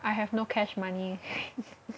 I have no cash money